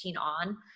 on